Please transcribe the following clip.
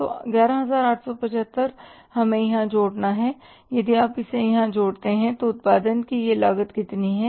तो 11875 हमें यहाँ जोड़ना है और यदि आप इसे यहाँ जोड़ते हैं तो उत्पादन की यह लागत कितनी है